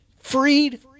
Freed